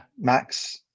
Max